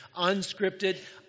Unscripted